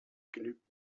genügt